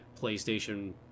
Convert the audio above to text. PlayStation